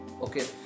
Okay